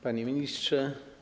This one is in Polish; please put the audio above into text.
Panie Ministrze!